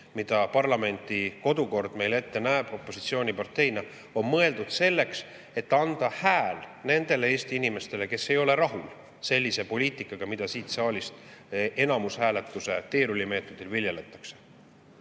mida parlamendi kodukord meile opositsiooniparteina ette näeb, on mõeldud selleks, et anda hääl nendele Eesti inimestele, kes ei ole rahul sellise poliitikaga, mida siit saalist enamushääletuse teerullimeetodil viljeletakse.